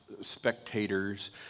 spectators